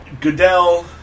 Goodell